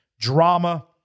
Drama